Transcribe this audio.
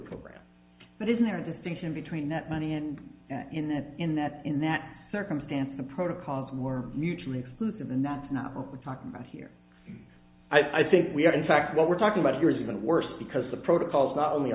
program but isn't there a distinction between that money and in that in that in that circumstance the protocols more mutually exclusive and that's not what we're talking about here i think we are in fact what we're talking about here is even worse because the protocols not only